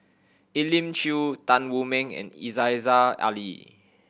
Elim Chew Tan Wu Meng and Aziza Ali